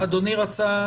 אדוני רצה?